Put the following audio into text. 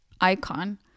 icon